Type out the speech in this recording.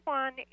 one